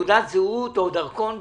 תעודת זהות או דרכון ביומטרי?